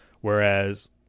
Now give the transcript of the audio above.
Whereas